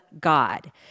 God